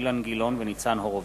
אילן גילאון וניצן הורוביץ.